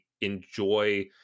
enjoy